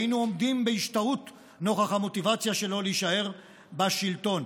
היינו עומדים בהשתאות נוכח המוטיבציה שלו להישאר בשלטון.